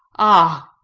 ah,